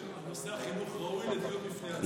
אני חושב שנושא החינוך ראוי לדיון בפני עצמו.